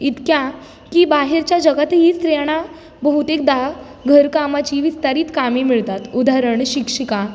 इतक्या की बाहेरच्या जगात ही स्त्रियांना बहुतेकदा घरकामाची विस्तारीत कामे मिळतात उदाहरण शिक्षिका